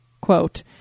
Quote